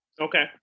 Okay